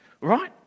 right